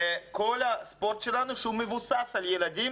כל הספורט שלנו מבוסס על ילדים